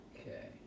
Okay